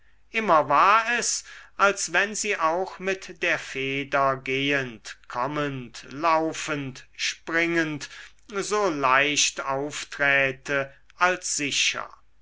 immer war es als wenn sie auch mit der feder gehend kommend laufend springend so leicht aufträte als sicher